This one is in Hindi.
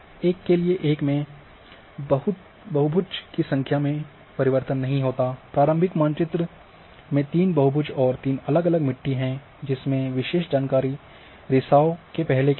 एक के लिए एक में बहुभुज की संख्या में परिवर्तन नहीं होता प्रारंभिक मानचित्र में तीन बहुभुज और तीन अलग अलग मिट्टी हैं जिसमें विशेष जानकारी रिसाव के पहले की थी